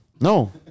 No